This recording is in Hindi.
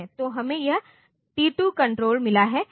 तब हमें यह T2CON मिला है